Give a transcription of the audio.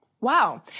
Wow